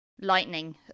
lightning